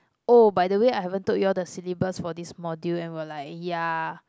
oh by the way I haven't told you all the syllabus for this module and we were like ya